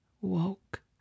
woke